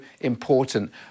important